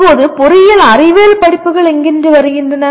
இப்போது பொறியியல் அறிவியல் படிப்புகள் எங்கு வருகின்றன